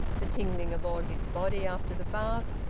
the tingling of all his body after the bath,